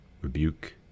rebuke